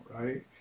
right